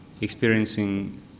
experiencing